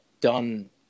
done